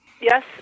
Yes